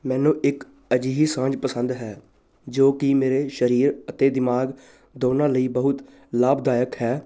ਮੈਨੂੰ ਇੱਕ ਅਜਿਹੀ ਸਾਂਝ ਪਸੰਦ ਹੈ ਜੋ ਕਿ ਮੇਰੇ ਸਰੀਰ ਅਤੇ ਦਿਮਾਗ ਦੋਨਾਂ ਲਈ ਬਹੁਤ ਲਾਭਦਾਇਕ ਹੈ